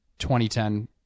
2010